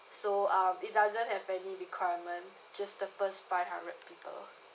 so um it doesn't have any requirement just the first five hundred people